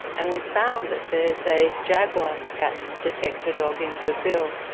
and we found that there is a jaguar scat detector dog in brazil.